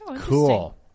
Cool